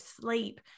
sleep